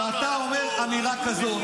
כשאתה אומר אמירה כזאת,